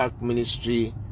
ministry